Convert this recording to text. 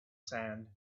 sand